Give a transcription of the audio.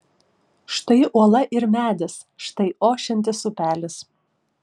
štai uola ir medis štai ošiantis upelis